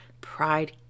pride